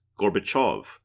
Gorbachev